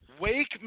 Wake